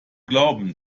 glauben